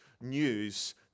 news